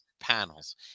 panels